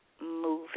moving